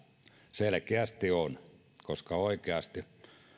selkeästi on koska oikeasti